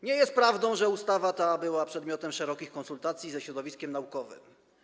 Nie jest prawdą, że projekt tej ustawy był przedmiotem szerokich konsultacji ze środowiskiem naukowym.